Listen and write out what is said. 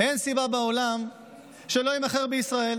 אין סיבה בעולם שלא יימכר בישראל.